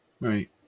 right